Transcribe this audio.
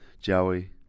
Joey